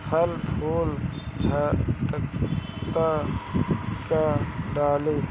फल फूल झड़ता का डाली?